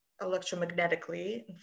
electromagnetically